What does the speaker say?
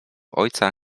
ojca